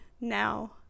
now